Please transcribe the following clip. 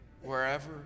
wherever